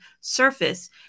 surface